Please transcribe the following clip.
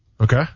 Okay